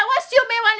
what 修美碗脸